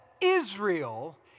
Israel